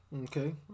Okay